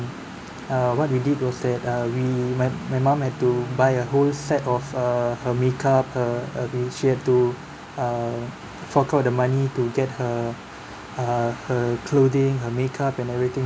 uh what we did was that uh we my my mom had to buy a whole set of err her makeup her I mean she had to err fork out the money to get her uh her clothing her makeup and everything